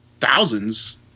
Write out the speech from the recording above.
thousands